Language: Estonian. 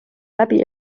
läbi